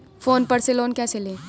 Phone पर से loan कैसे लें?